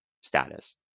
status